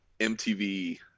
mtv